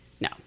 no